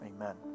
Amen